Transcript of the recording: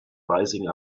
rising